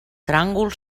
tràngol